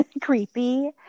creepy